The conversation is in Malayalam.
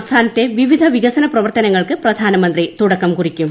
സംസ്ഥാനത്തെ വിവിധ വികസന പ്രവർത്തനങ്ങൾക്ക് പ്രധാനമന്ത്രി തുടക്കം കുറിക്കും